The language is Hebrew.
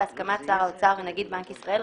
בהסכמת שר האוצר ונגיד בנק ישראל,